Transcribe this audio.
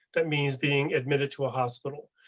that means being admitted to a hospital,